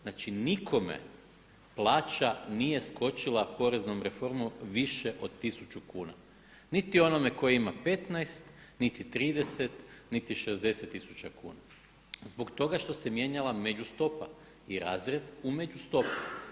Znači nikome plaća nije skočila poreznom reformom više od tisuću kuna, niti onome koji ima 15, niti 30, niti 60 tisuća kuna zbog toga što se mijenjala međustopa i razred u međustopi.